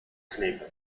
kleben